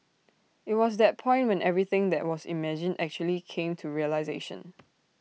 IT was that point when everything that was imagined actually came to realisation